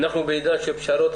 אנחנו בעידן של פשרות.